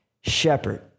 shepherd